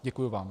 Děkuji vám.